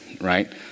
right